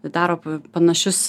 daro panašius